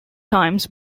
times